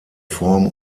form